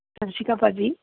ਸਤਿ ਸ਼੍ਰੀ ਅਕਾਲ ਭਾਅ ਜੀ